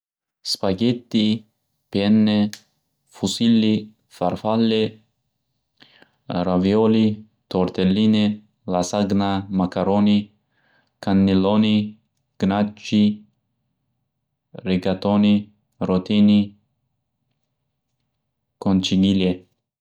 Spagetti, penne, fusilli, farfalle, raviyo'li, to'rteline, lasagna, makaroni, kannilo'ni, gnatchi, rigatoni, rotini, qo'nchinile.